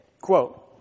Quote